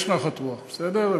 יש נחת רוח, בסדר?